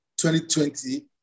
2020